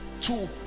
two